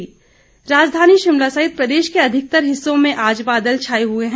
मौसम राजधानी शिमला सहित प्रदेश के अधिकतर हिस्सों में आज बादल छाए हुए हैं